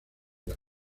las